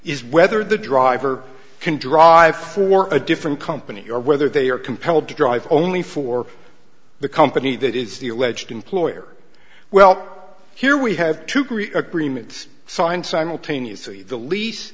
is whether the driver can drive for a different company or whether they are compelled to drive only for the company that is the alleged employer well here we have to create agreements signed simultaneously the leas